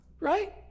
Right